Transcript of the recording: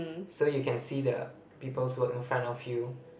so you can see the people's work in front of you